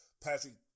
Patrick